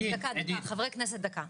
חברי הכנסת, דקה.